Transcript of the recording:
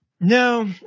no